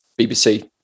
BBC